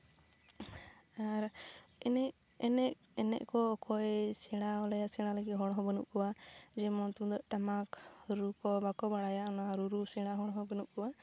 ᱟᱨ ᱮᱱᱮᱡ ᱮᱱᱮᱡ ᱮᱱᱮᱡ ᱠᱚ ᱚᱠᱚᱭᱮ ᱥᱮᱬᱟᱣᱟᱞᱮᱭᱟ ᱥᱮᱬᱟ ᱞᱟᱹᱜᱤᱫ ᱦᱚᱲ ᱦᱚᱸ ᱵᱟᱹᱱᱩᱜ ᱠᱚᱣᱟ ᱡᱮᱢᱚᱱ ᱛᱩᱢᱫᱟᱹᱜ ᱴᱟᱢᱟᱠ ᱨᱩ ᱠᱚ ᱵᱟᱠᱚ ᱵᱟᱲᱟᱭᱟ ᱚᱱᱟ ᱦᱚᱸ ᱨᱩ ᱨᱩ ᱥᱮᱬᱟ ᱦᱚᱲ ᱦᱚᱸ ᱵᱟᱹᱱᱩᱜ ᱠᱚᱣᱟ